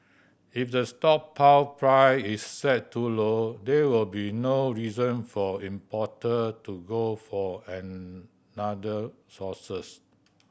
if the stockpile price is set too low there will be no reason for importer to go for another sources